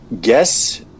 guess